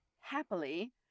happily